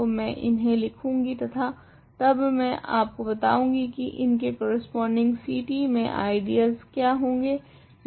तो मैं इन्हे लिखूँगी तथा तब मैं आपको बताऊँगी की इनके कोरेस्पोंडींग Ct मे आइडियलस क्या होगे